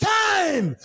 time